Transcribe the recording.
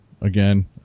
again